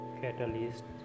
catalyst